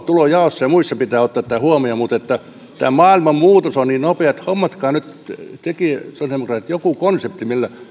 tulonjaossa ja muissa pitää sitten ottaa tämä huomioon tämä maailman muutos on niin nopeaa että hommatkaa nyt tekin sosiaalidemokraatit joku konsepti te